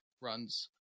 runs